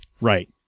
Right